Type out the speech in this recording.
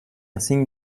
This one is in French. insignes